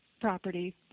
property